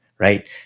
right